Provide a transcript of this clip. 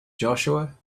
joshua